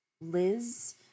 Liz